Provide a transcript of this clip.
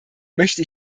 möchte